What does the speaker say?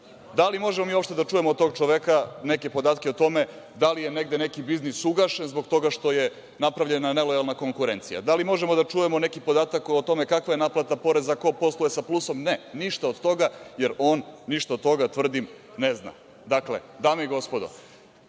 Da li možemo mi uopšte da čujemo od tog čoveka neke podatke o tome da li je negde neki biznis ugašen zbog toga što je napravljena nelojalna konkurencija? Da li možemo da čujemo neki podatak o tome kakva je naplata poreza, ko posluje sa plusom? Ne, ništa od toga, jer on ništa od toga, tvrdim, ne zna. Dakle, dame i gospodo,